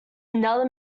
another